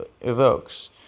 evokes